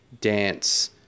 dance